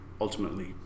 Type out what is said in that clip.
ultimately